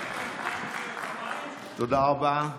תודה רבה.